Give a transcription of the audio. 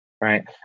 right